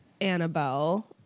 Annabelle